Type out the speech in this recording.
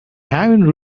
haven’t